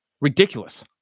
ridiculous